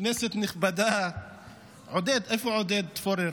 כנסת נכבדה, עודד, איפה עודד פורר?